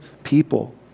People